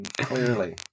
clearly